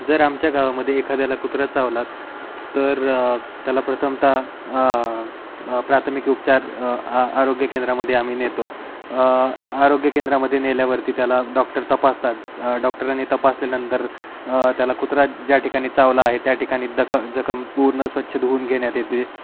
जर आमच्या गावामध्ये एखाद्याला कुत्रा चावला तर त्याला प्रथमतः प्राथमिक उपचार आरोग्य केंद्रामध्ये आम्ही नेतो आरोग्य केंद्रामध्ये नेल्यावरती त्याला डॉक्टर तपासतात डॉक्टरांनी तपासल्यानंतर त्याला कुत्रा ज्या ठिकाणी चावला आहे त्या ठिकाणी दख जखम पूर्ण स्वच्छ धुऊन घेण्यात येते